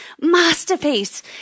Masterpiece